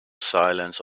silence